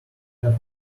have